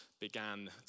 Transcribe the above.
began